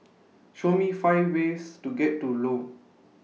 Show Me five ways to get to Lome